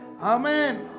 amen